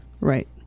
right